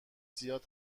زیاد